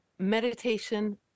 meditation